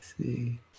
see